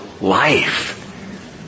life